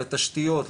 לתשתיות,